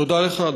תודה לך,